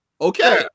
okay